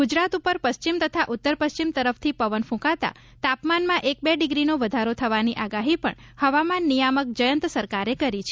ગુજરાત ઉપર પશ્ચિમ તથા ઉત્તર પશ્ચિમ તરફથી પવન ફૂંકાતા તાપમાનમાં એક બે ડિગ્રીનો વધારો થવાની આગાહી પણ હવામાન નિયામક જયંત સરકારે કરી છે